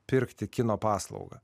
pirkti kino paslaugą